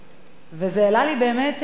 זה באמת העלה אצלי תהיות,